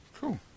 Cool